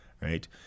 right